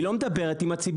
היא לא מדברת עם הציבור.